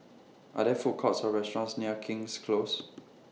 Are There Food Courts Or restaurants near King's Close